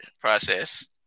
process